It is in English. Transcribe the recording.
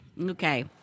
Okay